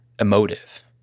emotive